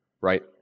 right